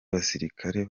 abasirikare